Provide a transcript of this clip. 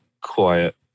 quiet